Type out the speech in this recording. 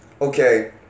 okay—